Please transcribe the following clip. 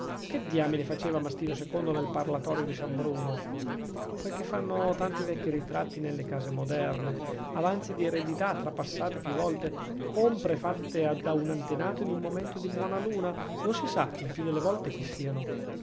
che diamine faceva mastino ii nel parlatorio di san bruno quel che fanno tanti vecchi ritratti nelle case moderne avanzi di eredità trapassate più volte compre fatte da un antenato in un momento di buona luna non si sa il più delle volte chi siano